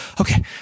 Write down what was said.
okay